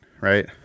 right